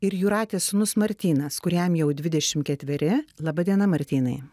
ir jūratės sūnus martynas kuriam jau dvidešimt ketveri laba diena martynai